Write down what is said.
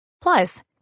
Plus